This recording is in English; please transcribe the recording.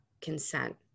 consent